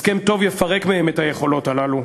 הסכם טוב יפרק מהם את היכולות האלה.